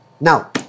Now